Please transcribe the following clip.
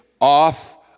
off